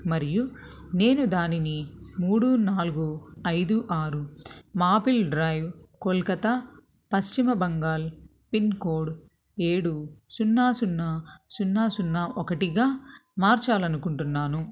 మరియు నేను దానిని మూడు నాలుగు ఐదు ఆరు maple drive Kolkata Paschim Bangal pin code ఏడు సున్నా సున్నా సున్నా సున్నా ఒకటిగా మార్చాలి అనుకుంటున్నాను